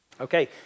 Okay